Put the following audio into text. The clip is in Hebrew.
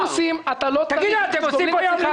באוטובוסים אתה לא צריך רכש גומלין,